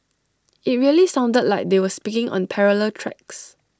IT really sounded like they were speaking on parallel tracks